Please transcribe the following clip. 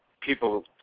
people